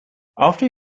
after